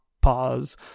pause